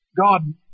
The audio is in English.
God